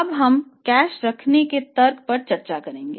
अब हम कैश रखने के तर्क पर चर्चा करेंगे